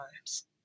times